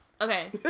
okay